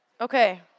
okay